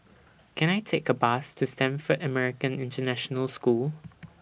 Can I Take A Bus to Stamford American International School